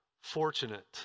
Fortunate